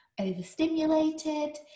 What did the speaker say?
overstimulated